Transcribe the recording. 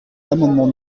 l’amendement